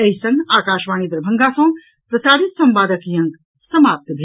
एहि संग आकाशवाणी दरभंगा सँ प्रसारित संवादक ई अंक समाप्त भेल